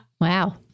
Wow